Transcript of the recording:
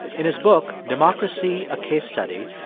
in his book democracy a case study,